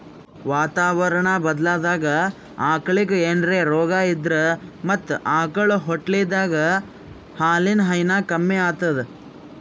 ವಾತಾವರಣಾ ಬದ್ಲಾದಾಗ್ ಆಕಳಿಗ್ ಏನ್ರೆ ರೋಗಾ ಇದ್ರ ಮತ್ತ್ ಆಕಳ್ ಹೊಟ್ಟಲಿದ್ದಾಗ ಹಾಲಿನ್ ಹೈನಾ ಕಮ್ಮಿ ಆತದ್